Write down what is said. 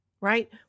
right